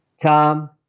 Tom